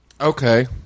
Okay